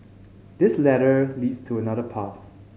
this ladder leads to another path